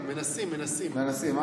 מנסים, מנסים.